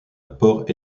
port